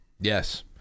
Yes